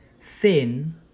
thin